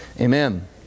amen